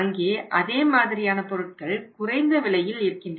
அங்கே அதே மாதிரியான பொருட்கள் குறைந்த விலையில் இருக்கின்றன